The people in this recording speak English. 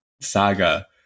saga